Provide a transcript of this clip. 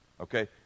okay